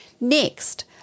Next